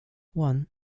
one